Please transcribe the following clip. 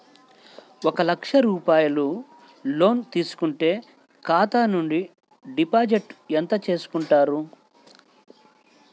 ఒక లక్ష రూపాయలు లోన్ తీసుకుంటే ఖాతా నుండి డిపాజిట్ ఎంత చేసుకుంటారు?